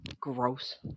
Gross